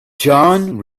john